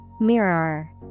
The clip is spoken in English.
Mirror